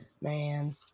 Man